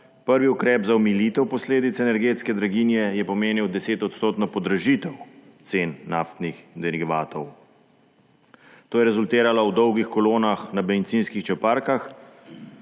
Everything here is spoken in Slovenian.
Prvi ukrep za omilitev posledic energetske draginje je pomenil 10-odstotno podražitev cen naftnih derivatov. To je rezultiralo v dolgih kolonah na bencinskih črpalkah,